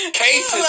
cases